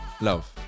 Love